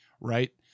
Right